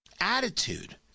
attitude